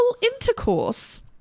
intercourse